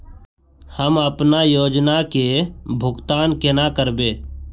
हम अपना योजना के भुगतान केना करबे?